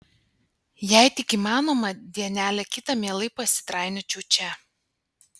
jei tik įmanoma dienelę kitą mielai pasitrainiočiau čia